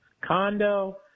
condo